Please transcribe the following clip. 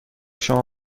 شما